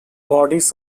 bodies